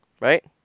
Right